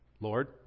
Lord